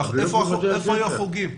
איפה היו החוגים?